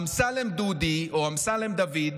אמסלם דודי או אמסלם דוד,